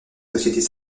sociétés